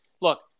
look